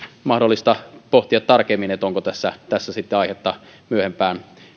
mahdollista pohtia tarkemmin onko tässä tässä sitten aihetta myöhempään